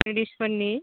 लेडिसफोरनि